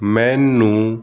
ਮੈਨੂੰ